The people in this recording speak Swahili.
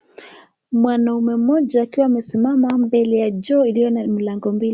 Mwanaume mmoja akiwa amesimama mbele ya choo iliyo na mlango mbili.